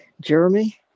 Jeremy